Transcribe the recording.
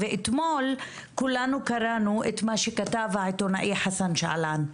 ואתמול כולנו קראנו את מה שכתב העיתונאי חסן שעלאן.